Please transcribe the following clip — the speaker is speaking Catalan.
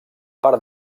part